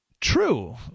true